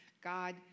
God